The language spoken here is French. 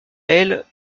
elle